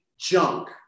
junk